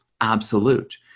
absolute